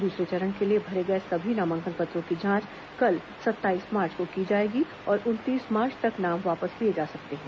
दूसरे चरण के लिए भरे गए सभी नामांकन पत्रों की जांच कल सत्ताईस मार्च को की जाएगी और उनतीस मार्च तक नाम वापस लिए जा सकते हैं